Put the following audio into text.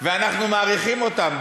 ואנחנו מעריכים אותם.